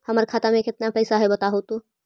हमर खाता में केतना पैसा है बतहू तो?